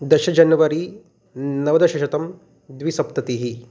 दश जनवरी नवदशशतं द्विसप्ततिः